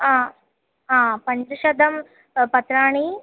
आ हा पञ्चशतं पत्राणि